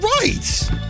right